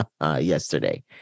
yesterday